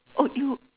oh you